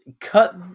Cut